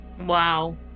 Wow